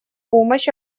помощь